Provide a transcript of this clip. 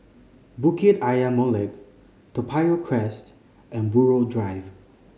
Bukit Ayer Molek Toa Payoh Crest and Buroh Drive